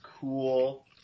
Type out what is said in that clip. cool